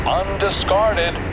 undiscarded